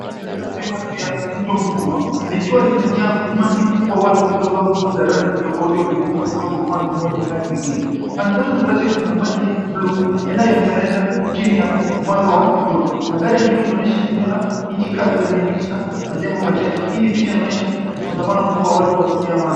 Daraja lililojengwa juu ya mto mkubwa, likiwa limejaa umati mkubwa wa watu waliovaa nguo za rangi tofauti wakivuka kutoka upande mmoja kwenda upande mwingine. Pande zote za daraja kuna maji ya blue yanayomeleta chini ya mwanga wa jua. Mandhari ya nyuma inaonyesha eneo la nchi kavu lenye miti na majengo machache. Hii ni picha inaonyesha msongamano mkubwa wa watu wakihama.